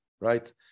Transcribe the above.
right